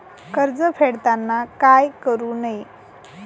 कर्ज फेडताना काय करु नये?